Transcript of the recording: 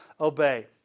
obey